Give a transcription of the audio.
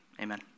amen